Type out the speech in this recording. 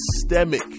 systemic